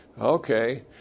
Okay